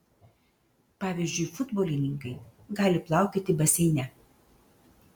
pavyzdžiui futbolininkai gali plaukioti baseine